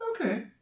Okay